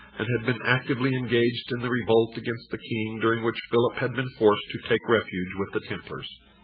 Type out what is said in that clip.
had had been actively engaged in the revolt against the king during which philip had been forced to take refuge with the templars.